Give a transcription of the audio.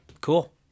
Cool